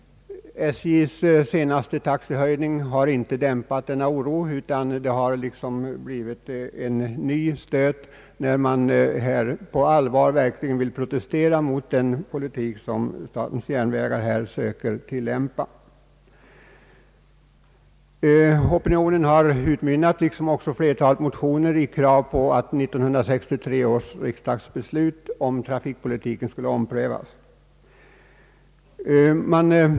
SJ:s senaste taxehöjning har inte dämpat denna oro, tvärtom ger den förnyad anledning att protestera mot den politik som statens järnvägar söker tillämpa. Opinionen liksom även flertalet motioner har utmynnat i krav på att 1963 års riksdagsbeslut om trafikpolitiken måtte omprövas.